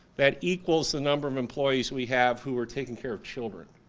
that equals the number of employees we have who are taking care of children.